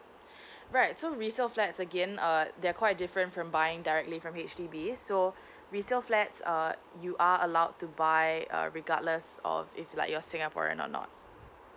right so resale flats again uh they're quite different from buying directly from H_D_B so resale flats err you are allowed to buy uh regardless of if like you're singaporean or not